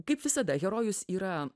kaip visada herojus yra